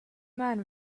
man